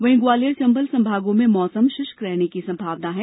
वहीं ग्वालियर चंबल संभागों में मौसम शुश्क रहने की संभावना है